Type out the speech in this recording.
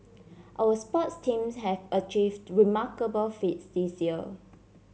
our sports teams have achieve remarkable feats this year